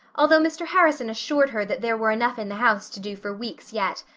although mr. harrison assured her that there were enough in the house to do for weeks yet.